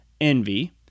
envy